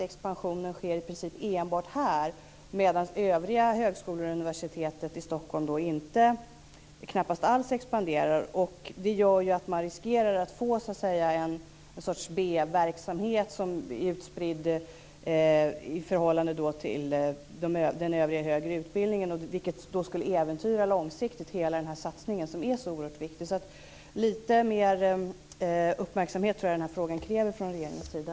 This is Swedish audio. Expansionen sker i princip enbart här, medan övriga högskolor och universitetet i Stockholm knappast alls expanderar. Man riskerar att i förhållande till den övriga högre utbildningen få något slags utspridd B-verksamhet. Det skulle långsiktigt äventyra hela denna viktiga satsningen. Frågan kräver litet mer uppmärksamhet från regeringens sida.